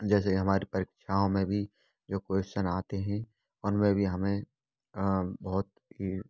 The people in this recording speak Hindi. जैसे हमारे परीक्षाओं में भी जो क्वेश्चन आते हैं उनमें भी हमें बहुत ही